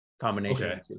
combination